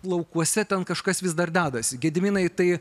laukuose ten kažkas vis dar dedasi gediminai tai